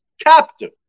captive